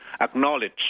acknowledge